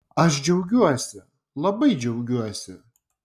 aš džiaugiuosi labai džiaugiuosi